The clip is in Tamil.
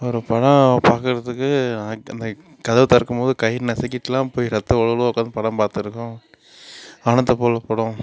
ஒரு படம் பார்க்குறதுக்கு அந்த கதவை திறக்கும்போது கை நசுக்கிட்டுலாம் போய் ரத்தம் ஒழுகலாம் படம் பார்த்துருக்கோம் வானத்தப்போல படம்